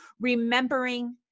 remembering